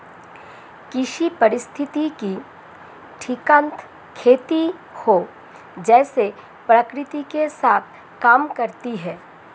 कृषि पारिस्थितिकी टिकाऊ खेती है जो प्रकृति के साथ काम करती है